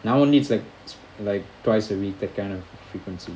now it's like like twice a week the kind of frequency